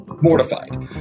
mortified